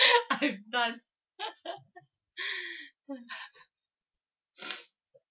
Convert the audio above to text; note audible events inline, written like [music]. I'm done [laughs] [breath]